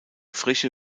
frische